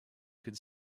could